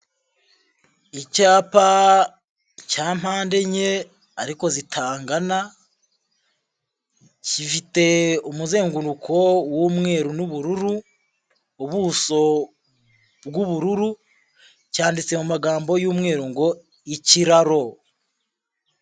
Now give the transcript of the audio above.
Icyapa cya mpande enye ariko zitangana gifite umuzenguruko w’umweru n’ubururu ubuso bw’ubururu cyanditse mu magambo y'umweru ngo ikiraro.